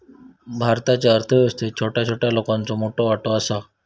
भारतीच्या अर्थ व्यवस्थेत छोट्या छोट्या लोकांचो मोठो वाटो आसा